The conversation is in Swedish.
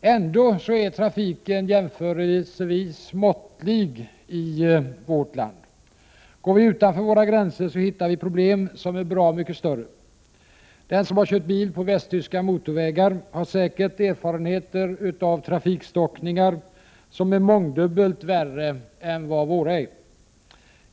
Ändå är trafiken jämförelsevis måttlig i vårt land. Går vi utanför våra gränser, så hittar vi problem som är bra mycket större. Den som kört bil på västtyska motorvägar har säkert erfarenheter av trafikstockningar som är mångdubbelt värre än våra.